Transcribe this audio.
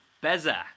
Beza